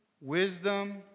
wisdom